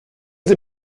sie